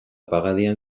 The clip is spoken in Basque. pagadian